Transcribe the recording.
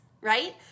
right